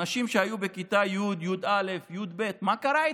אנשים שהיו בכיתה י', י"א, י"ב, מה קרה איתם?